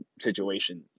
situation